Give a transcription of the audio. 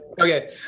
Okay